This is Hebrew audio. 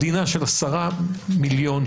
מדינה של עשרה מיליון,